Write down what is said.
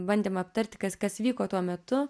bandėm aptarti kas kas vyko tuo metu